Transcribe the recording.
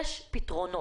יש פתרונות.